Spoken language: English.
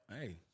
Hey